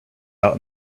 out